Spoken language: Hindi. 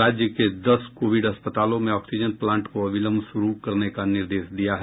राज्य के दस कोविड अस्पतालों में ऑक्सीजन प्लांट को अविलंब शुरू करने का निर्देश दिया है